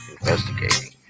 Investigating